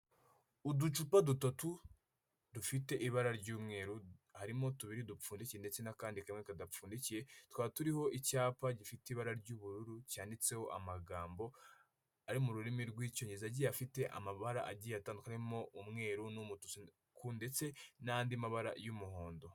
Uducupa dutatu dufite ibara ry'umweru. Harimo tubiri dupfundiki ndetse n'akandi kamwe kadapfundikiye. Tukaba turiho icyapa gifite ibara ry'ubururu cyanditseho amagambo ari mu rurimi rw'icyonye agiye afite amabara agiye atandukanye arimo umweru n'umutuku ndetse n'andi mabara y'umuhondo.